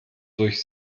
durch